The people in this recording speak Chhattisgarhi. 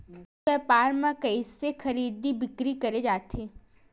ई व्यापार म कइसे खरीदी बिक्री करे जाथे?